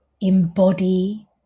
embody